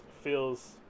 feels